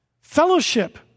fellowship